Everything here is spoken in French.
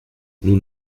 nous